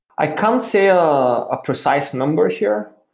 i can't say um a precise number here,